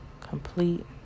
complete